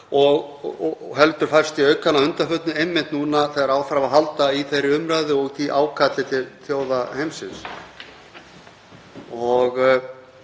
og heldur færst í aukana að undanförnu, einmitt núna þegar á þarf að halda í þeirri umræðu og því ákalli til þjóða heimsins.